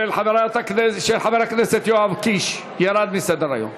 של חבר הכנסת יואב קיש, ירדה מסדר-היום.